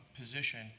position